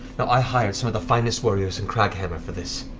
now, i hired some of the finest warriors in kraghammer for this,